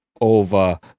over